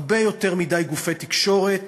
הרבה יותר מדי גופי תקשורת